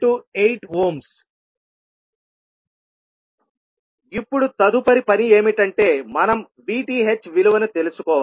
58 ఇప్పుడు తదుపరి పని ఏమిటంటే మనం VTh విలువను తెలుసుకోవాలి